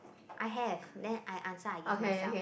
I have then I answer I give myself